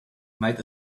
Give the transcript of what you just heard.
might